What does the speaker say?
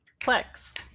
Plex